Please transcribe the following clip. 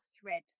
thread